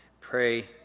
pray